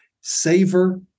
savor